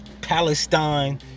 palestine